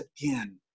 again